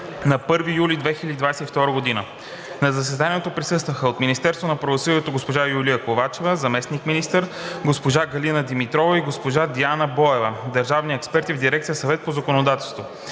на 1 юли 2022 г. На заседанието присъстваха: от Министерството на правосъдието госпожа Юлия Ковачева – заместник-министър, госпожа Галина Димитрова и госпожа Диана Боева – държавни експерти в дирекция „Съвет по законодателството“;